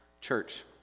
church